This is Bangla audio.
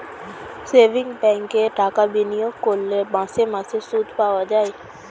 সেভিংস ব্যাঙ্কে টাকা বিনিয়োগ করলে মাসে মাসে সুদ পাওয়া যায়